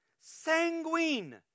sanguine